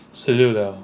十六了